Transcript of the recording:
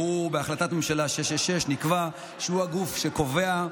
בהחלטת ממשלה 666 נקבע שהוא הגוף המקצועי,